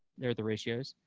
they're the ratios.